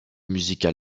musical